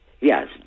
yes